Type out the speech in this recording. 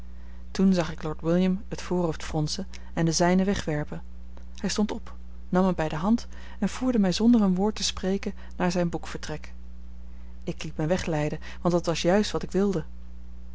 toen zag ik lord william het voorhoofd fronsen en de zijne wegwerpen hij stond op nam mij bij de hand en voerde mij zonder een woord te spreken naar zijn boekvertrek ik liet mij wegleiden want dat was juist wat ik wilde